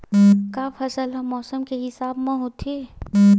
का फसल ह मौसम के हिसाब म होथे?